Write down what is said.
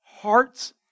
Hearts